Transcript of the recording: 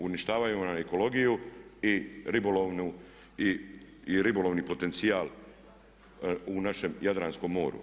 Uništavaju nam ekologiju i ribolovni potencijal u našem Jadranskom moru.